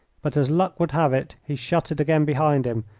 but as luck would have it he shut it again behind him,